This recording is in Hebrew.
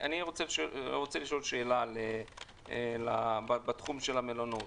אני רוצה לשאול שאלה בתחום המלונאות.